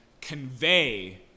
convey